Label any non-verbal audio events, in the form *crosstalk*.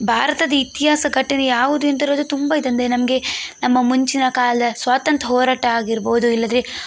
ಭಾರತದ ಇತಿಹಾಸ ಘಟನೆ ಯಾವುದು ಅಂತಿರೋದು ತುಂಬ *unintelligible* ನಮಗೆ ನಮ್ಮ ಮುಂಚಿನ ಕಾಲ ಸ್ವಾತಂತ್ರ ಹೋರಾಟ ಆಗಿರ್ಬೋದು ಇಲ್ಲಾದ್ರೆ